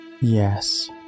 Yes